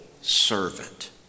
servant